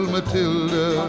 Matilda